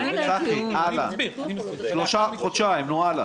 צחי, חודשיים, נו, הלאה.